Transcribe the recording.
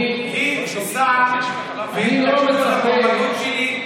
היא וסער התנגדו למועמדות שלי,